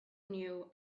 new